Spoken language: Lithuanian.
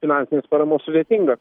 finansinės paramos sudėtinga